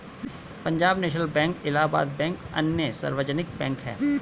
Punjab national bank Allahabad bank अन्य सार्वजनिक bank है